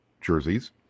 jerseys